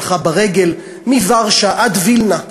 והלכה ברגל מוורשה עד וילנה,